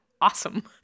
awesome